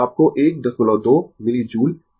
आपको 12 millijoule मिलेगा